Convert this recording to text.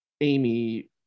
Amy